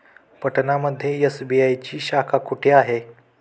पटना मध्ये एस.बी.आय ची शाखा कुठे आहे?